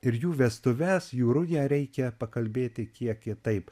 ir jų vestuves jų rują reikia pakalbėti kiek kitaip